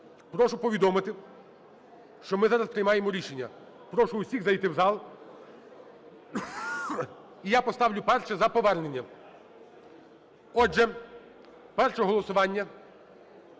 Прошу повідомити, що ми зараз приймаємо рішення. Прошу усіх зайти в зал, і я поставлю перше - за повернення. Отже, перше голосування,